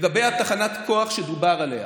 לגבי תחנת הכוח שדובר עליה,